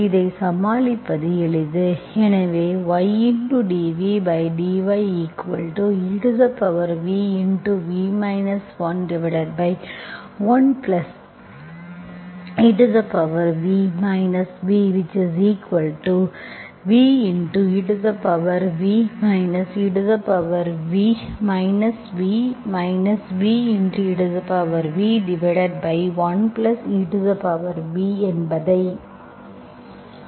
இதைச் சமாளிப்பது எளிது எ இது ydvdyev v 11ev vv ev ev v vev1evஎன்பதைக் குறிக்கிறது